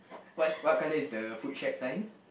what what color is the food check sign